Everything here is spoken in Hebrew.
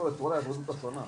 בצורה שונה.